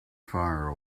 fire